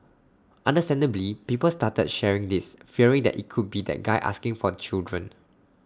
understandably people started sharing this fearing that IT could be that guy asking for children